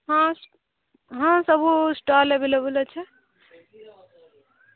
ହଁ ହଁ ସବୁ ଷ୍ଟଲ୍ ଆଭଲେବଲ୍ ଅଛି